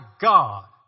God